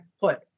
put